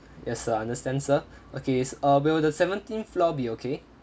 yes sir understand sir okay so uh will the seventeenth floor be okay